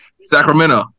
Sacramento